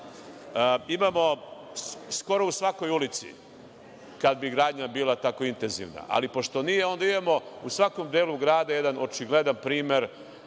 Imamo skoro u svakoj ulici, kad bi gradnja bila tako intenzivna, ali pošto nije, onda imamo u svakom delu grada jedan očigledan primer